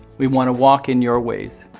we want to walk in your ways.